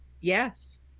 Yes